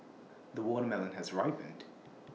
the watermelon has ripened